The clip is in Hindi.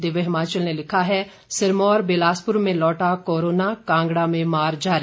दिव्य हिमाचल ने लिखा है सिरमौर बिलासप्र में लौटा कोरोना कांगड़ा में मार जारी